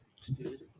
Stupid